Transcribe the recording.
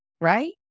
right